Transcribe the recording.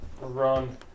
Run